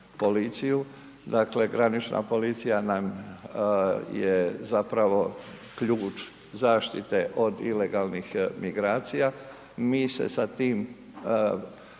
dakle granična policija nam je zapravo ključ zaštite od ilegalnih migracija, mi se sa tim